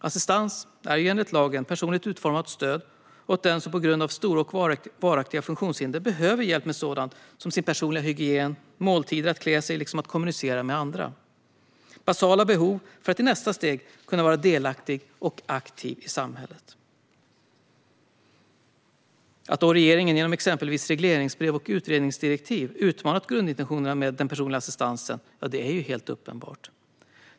Assistans är ju enligt lagen personligt utformat stöd åt den som på grund av stora och varaktiga funktionshinder behöver hjälp med sådant som personlig hygien, måltider, att klä sig och att kommunicera med andra. Dessa är basala behov för att i nästa steg kunna vara delaktig och aktiv i samhället. Att regeringen genom exempelvis regleringsbrev och utredningsdirektiv har utmanat grundintentionerna med den personliga assistansen är helt uppenbart.